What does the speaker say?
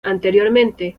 anteriormente